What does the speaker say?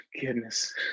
Goodness